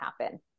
happen